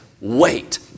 wait